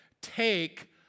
take